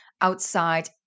outside